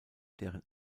deren